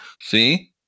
See